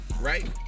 right